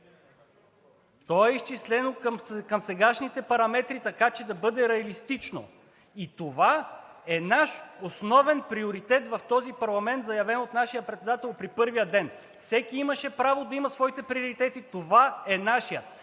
То е изчислено към сегашните параметри така, че да бъде реалистично. И това е наш основен приоритет в този парламент, заявен от нашия председател в първия ден. Всеки имаше право да има своите приоритети. Това е нашият.